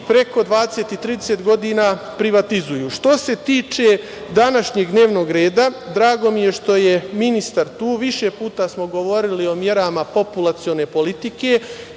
preko 20 i 30 godina privatizuju. Što se tiče današnjeg dnevnog reda, drago mi je što je ministar tu. Više puta smo govorili o merama populacione politike.